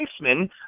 Weissman